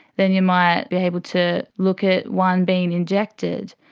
then you might be able to look at one being injected.